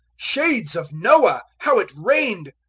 shades of noah! how it rained!